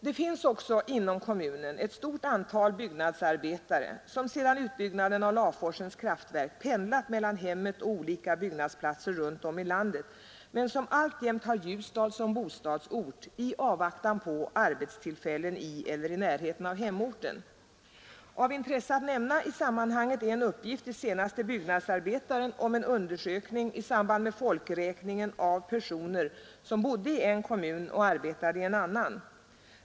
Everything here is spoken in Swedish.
Det finns också inom kommunen ett stort antal ————— byggnadsarbetare som sedan utbyggnaden av Laforsens kraftverk pendlat Regional titveckes mellan hemmet och olika byggnadsplatser runt om i landet men som ling och hushållning varunder kommunen får tillfälle att söka åstadkomma arbetsmöjligheter av mera långvarig natur. Detta har vi också sagt i vårt yttrande. alltjämt har Ljusdal som bostadsort i avvaktan på arbetstillfällen i eller i närheten av hemorten. Av intresse att nämna i sammanhanget är en uppgift i senaste numret av Byggnadsarbetaren om en undersökning i samband med folkräkningen av personer som bodde i en kommun och arbetade i en annan.